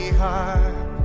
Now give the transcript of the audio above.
heart